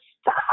stop